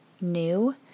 new